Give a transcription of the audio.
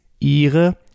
Ihre